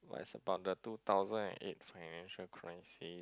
like it's about the two thousand and eight financial crisis